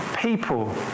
people